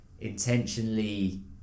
intentionally